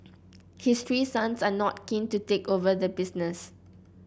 his three sons are not keen to take over the business